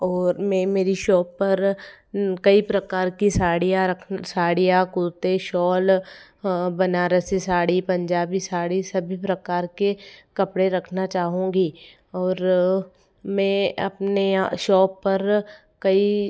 और मैं मेरी शॉप पर कई प्रकार की साड़ियाँ रखना साड़ियाँ कुर्ते शॉल बनारसी साड़ी पंजाबी साड़ी सभी प्रकार के कपड़े रखना चाहूँगी और मैं अपने शॉप पर कई